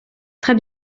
très